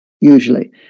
usually